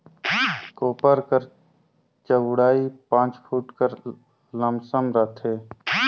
कोपर कर चउड़ई पाँच फुट कर लमसम रहथे